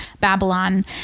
Babylon